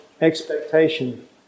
expectation